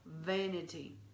vanity